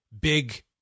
big